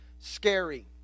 scary